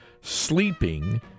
sleeping